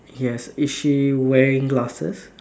yes is she wearing glasses